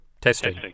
Testing